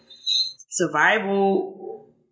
survival